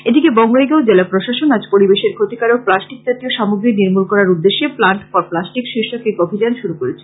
এদিকে বঙ্গাইগাও জেলা প্রশাসন আজ পরিবেশের ক্ষতিকারক প্লাষ্টিক জাতীয় সামগ্রী নির্মূল করার উদ্দেশ্যে প্লান্ট ফর প্লাষ্টিক শীষক এক অভিযান শুরু করেছে